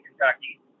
Kentucky